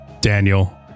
Daniel